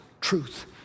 truth